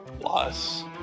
plus